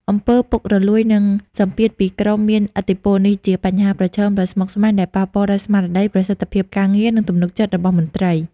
អំពើពុករលួយ និងសម្ពាធពីក្រុមមានឥទ្ធិពលនេះជាបញ្ហាប្រឈមដ៏ស្មុគស្មាញដែលប៉ះពាល់ដល់ស្មារតី ប្រសិទ្ធភាពការងារ និងទំនុកចិត្តរបស់មន្ត្រី។